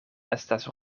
estas